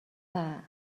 даа